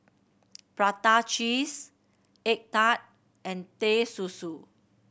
prata cheese egg tart and Teh Susu